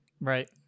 Right